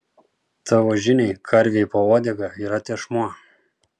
tavo žiniai karvei po uodega yra tešmuo